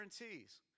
guarantees